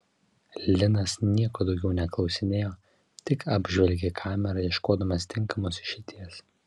linas nieko daugiau neklausinėjo tik apžvelgė kamerą ieškodamas tinkamos išeities